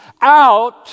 out